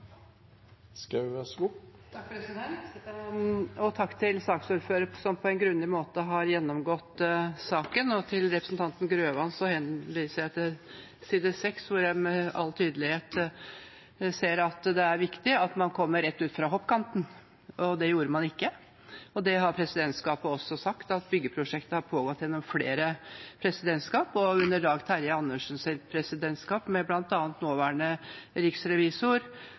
Takk til saksordføreren, som på en grundig måte har gjennomgått saken. Til representanten Grøvan henviser jeg til side 6, hvor en med all tydelighet ser at det er viktig at man kommer rett ut fra hoppkanten, og det gjorde man ikke. Presidentskapet har også sagt at byggeprosjektet har pågått gjennom flere presidentskap, også under Dag Terje Andersens presidentskap, med bl.a. nåværende riksrevisor